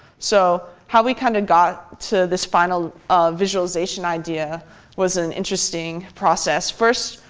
so how we kind of got to this final visualization idea was an interesting process. first,